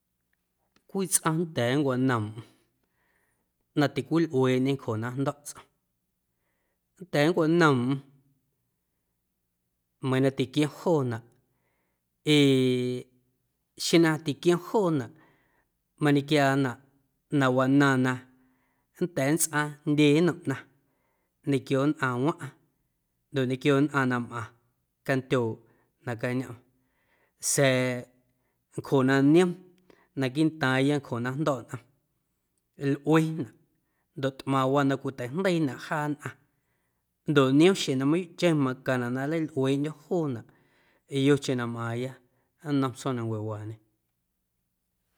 Cwii tsꞌaⁿ nnda̱a̱ nncwannoomꞌm na ticwilꞌueeꞌñê ncjo na jndo̱ꞌ tsꞌom, nnda̱a̱ nncwanoomꞌm meiiⁿ na tiquiom joonaꞌ ee xeⁿ na tiquiom joonaꞌ mañequiaanaꞌ na wanaaⁿ na nnda̱a̱ nntsꞌaaⁿ jndye nnom ꞌnaⁿ ñequio nnꞌaⁿwaⁿꞌaⁿ noꞌ ñequio nnꞌaⁿ na mꞌaⁿ candyooꞌ nacañomꞌm sa̱a̱ ncjo na niom naquiiꞌntaaⁿya ncjo na jndo̱ꞌ nꞌom lꞌuenaꞌ ndoꞌ tꞌmaⁿwaa na cwiteijndeiinaꞌ jaa nnꞌaⁿ ndoꞌ niom xjeⁿ na mayuuꞌcheⁿ macaⁿnaꞌ na nleilꞌueeꞌndyo̱ joonaꞌ yocheⁿ na mꞌaaⁿya nnom tsjoomnancuewaañe.